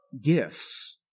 gifts